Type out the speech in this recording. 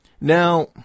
Now